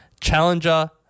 Challenger